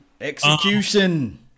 Execution